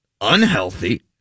unhealthy